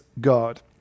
God